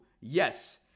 Yes